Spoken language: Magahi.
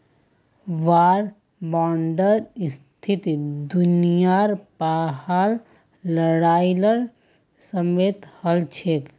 वार बांडेर स्थिति दुनियार पहला लड़ाईर समयेत हल छेक